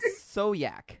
Soyak